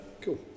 Cool